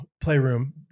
playroom